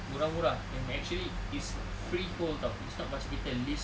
murah-murah and actually it's freehold [tau] it's not macam kita lease